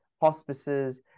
hospices